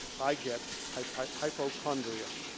i get hypochondriac.